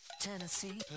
Tennessee